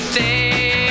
day